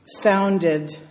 founded